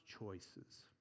choices